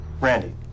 Randy